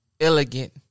elegant